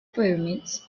pyramids